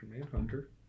Manhunter